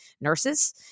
nurses